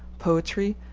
poetry,